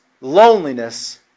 loneliness